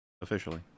Officially